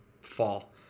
fall